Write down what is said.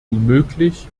unmöglich